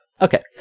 okay